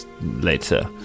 later